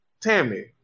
Tammy